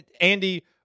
Andy